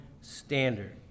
standard